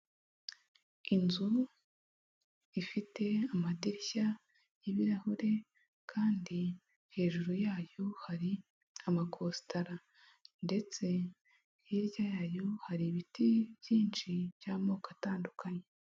Inzu ifite amadirishya y'ibirahure, kandi hejuru yayo hari amakositara ndetse hirya yayo hari ibiti byinshi by'amoko atandukanye.